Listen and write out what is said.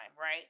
right